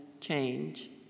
change